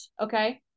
Okay